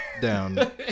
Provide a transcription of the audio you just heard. down